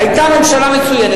היתה ממשלה מצוינת.